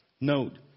Note